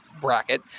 bracket